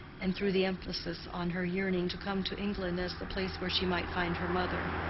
and threw the emphasis on her yearning to come to england as the place where she might find her mother.